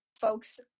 folks